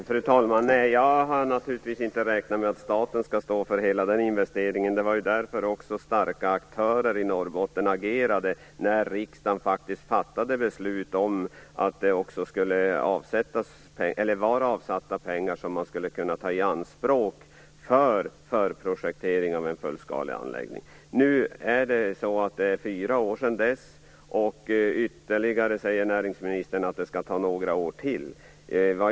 Fru talman! Jag har naturligtvis inte räknat med att staten skall stå för hela den investeringen. Det var ju därför starka aktörer i Norrbotten agerade när riksdagen fattade beslut om att man skulle kunna ta avsatta pengar i anspråk för förprojektering av en fullskaleanläggning. Nu är det fyra år sedan dess. Näringsministern säger att det skall ta ytterligare några år till.